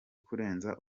kurenza